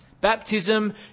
Baptism